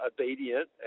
obedient